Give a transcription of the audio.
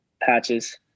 patches